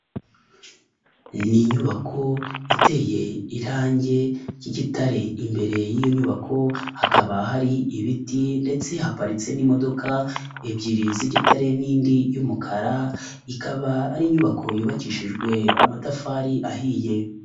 Ni inyubako iteye irange ry'igitare, imbere y'iyo nyubako hakaba hari ibiti ndetse haparitse n'imodoka ebyiri z'igitare n'indi y'umukara, ikaba ari inyubako yubakishijwe amatafari ahiye.